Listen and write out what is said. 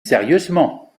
sérieusement